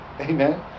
Amen